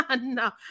no